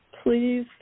Please